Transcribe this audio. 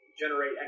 generate